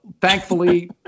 thankfully